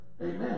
Amen